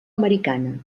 americana